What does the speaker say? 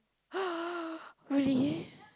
really